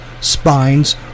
spines